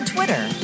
Twitter